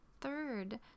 third